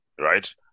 right